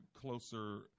closer –